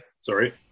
sorry